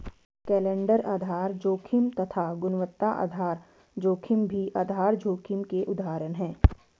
calendar आधार जोखिम तथा गुणवत्ता आधार जोखिम भी आधार जोखिम के उदाहरण है